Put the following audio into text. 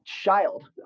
child